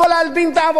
בכל דרך.